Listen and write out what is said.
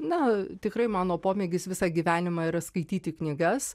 na tikrai mano pomėgis visą gyvenimą yra skaityti knygas